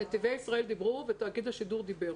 נתיבי ישראל דיברו ותאגיד השידור דיבר.